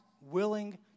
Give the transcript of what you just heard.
willing